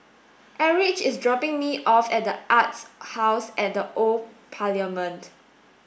Erich is dropping me off at The Arts House at the Old Parliament